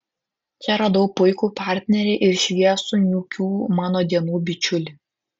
čia radau puikų partnerį ir šviesų niūkių mano dienų bičiulį